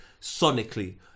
sonically